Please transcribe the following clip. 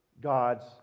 God's